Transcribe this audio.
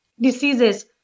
diseases